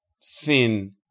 sin